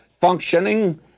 functioning